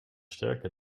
sterker